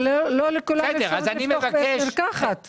אבל לא לכולם יש אפשרות לפתוח בית מרקחת פרטי.